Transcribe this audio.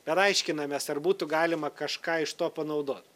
bet aiškinamės ar būtų galima kažką iš to panaudot